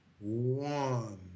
one